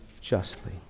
justly